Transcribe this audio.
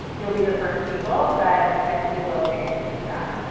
you'll be the first people that that feel okay to do that.